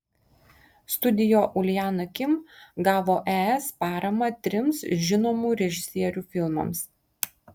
studio uljana kim gavo es paramą trims žinomų režisierių filmams